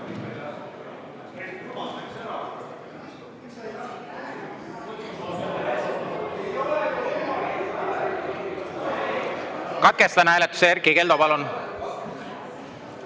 Katkestan hääletuse. Erkki Keldo, palun!